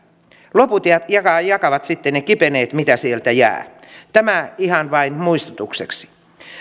loput jakavat jakavat sitten ne kipeneet mitä sieltä jää tämä ihan vain muistutukseksi